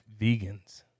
vegans